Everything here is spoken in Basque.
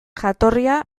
jatorria